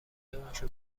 دمبشو